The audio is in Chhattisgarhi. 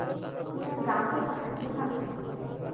तुंहर गॉँव के पहाटिया कहॉं हे?